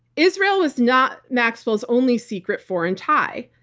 israel was not maxwell's only secret foreign tie,